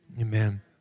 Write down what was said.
amen